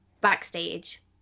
backstage